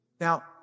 Now